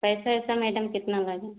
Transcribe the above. पैसा वैसा मैडम कितना लागे